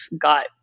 got